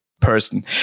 person